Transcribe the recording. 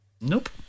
Nope